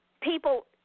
people